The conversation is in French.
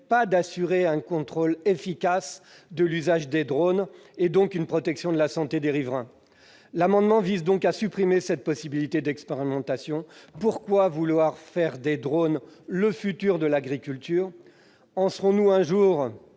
pas d'assurer un contrôle efficace de l'usage des drones et, donc, une protection de la santé des riverains. Par conséquent, l'amendement vise à supprimer cette possibilité d'expérimentation. Pourquoi vouloir faire des drones le futur de l'agriculture ? J'ai lu voilà peu